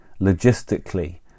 logistically